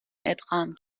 ادغام